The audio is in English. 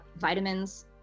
vitamins